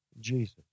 Jesus